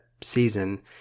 season